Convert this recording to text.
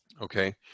okay